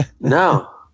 No